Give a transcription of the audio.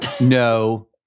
no